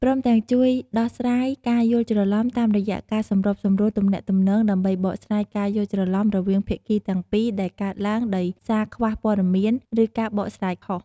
ព្រមទាំងជួយដោះស្រាយការយល់ច្រឡំ តាមរយះការសម្របសម្រួលទំនាក់ទំនង ដើម្បីបកស្រាយការយល់ច្រឡំរវាងភាគីទាំងពីរដែលកើតឡើងដោយសារខ្វះព័ត៌មាន ឬការបកស្រាយខុស។